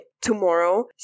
tomorrow